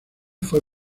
fue